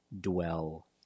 dwell